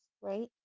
right